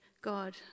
God